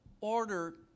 order